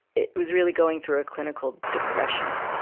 it was really going through a clinical depression,